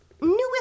newest